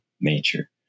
nature